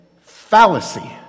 fallacy